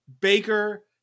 Baker